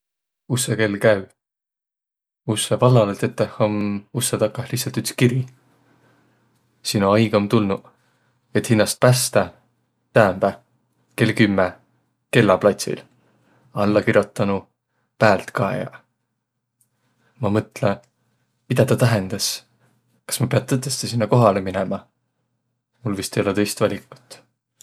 Ussõkell käü. Ussõ vallalõ teteh om ussõ takah lihtsält üts kiri: "Sino aig om tulnuq, et hinnäst pästäq. Täämbä kell kümme kelläplatsil." Allakirotanu: Päältkaejaq. Ma mõtlõ, midä taa tähendäs? Kas ma piät tõtõstõ sinnäq kohalõ minemä? Mul vist ei olõq tõist valikut.